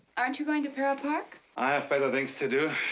aren't you going to para park? i have better things to do.